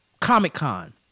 Comic-Con